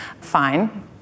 Fine